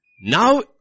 Now